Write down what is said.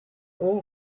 all